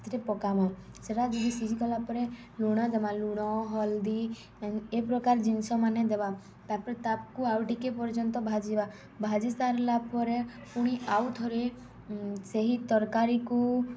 ସେଥିରେ ପକାମା ସେଟା ଯଦି ସିଝିଗଲା ପରେ ଲୁଣ ଦେମା ଲୁଣ ହଲ୍ଦି ଏ ପ୍ରକାର୍ ଜିନିଷମାନେ ଦେବା ତାପରେ ତାକୁ ଆଉ ଟିକେ ପର୍ଯ୍ୟନ୍ତ ଭାଜିବା ଭାଜି ସାରିଲା ପରେ ପୁଣି ଆଉ ଥରେ ସେହି ତରକାରୀକୁ